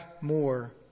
more